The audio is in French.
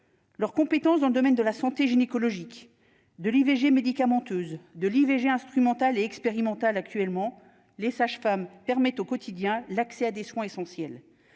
Leurs compétences dans le domaine de la santé gynécologique de l'IVG médicamenteuse de l'IVG instrumentale et expérimentale, actuellement, les sages-femmes permettent au quotidien, l'accès à des soins essentiels